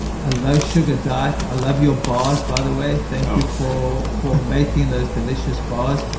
a low-sugar diet. i love your bars by the way. thank you for for making those delicious bars.